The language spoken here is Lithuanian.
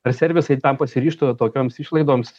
ar servisai tam pasiryžtų tokioms išlaidoms